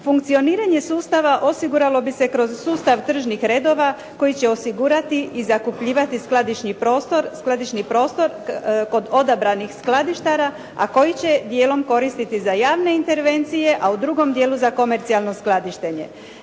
Funkcioniranje sustava osiguralo bi se kroz sustav tržnih redova koji će osigurati i zakupljivati skladišni prostor kod odabranih skladištara, a koji će dijelom koristiti za javne intervencije, a u drugom dijelu za komercijalno skladištenje.